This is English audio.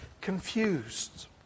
confused